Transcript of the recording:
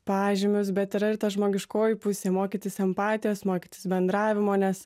pažymius bet yra ir ta žmogiškoji pusė mokytis empatijos mokytis bendravimo nes